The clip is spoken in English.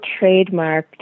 trademarked